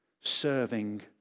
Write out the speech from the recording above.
serving